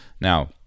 Now